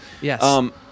Yes